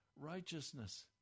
righteousness